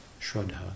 Shraddha